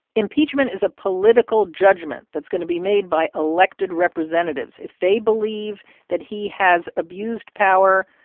impeachment is a political judgment that's going to be made by elected representatives. if they believe that he has abused power,